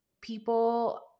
People